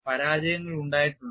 പരാജയങ്ങൾ ഉണ്ടായിട്ടുണ്ട്